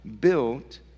built